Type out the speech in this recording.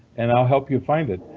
and i'll help you find it.